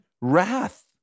wrath